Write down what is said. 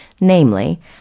namely